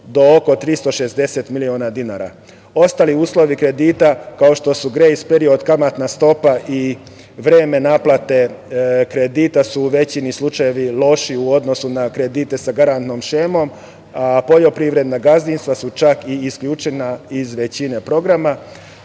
do oko 360 miliona dinara. Ostali uslovi kredita, kao što su grejs period, kamatna stopa i vreme naplate kredita su u većini slučajeva lošiji u odnosu na kredite sa garantnom šemom, a poljoprivredna gazdinstva su čak i isključena iz većine programa,